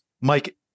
Mike